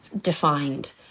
defined